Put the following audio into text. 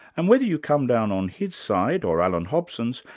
and whether you come down on his side or allan hobson's,